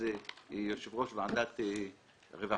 מהמפד"ל בזמנו, שאז היה יו"ר ועדת הרווחה.